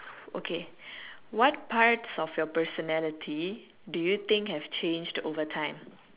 okay what parts of your personality do you think have changed over time